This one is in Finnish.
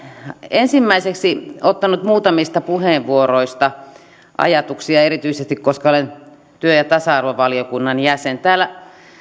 ensimmäiseksi ottanut muutamista puheenvuoroista ajatuksia erityisesti koska olen työ ja tasa arvovaliokunnan jäsen täällä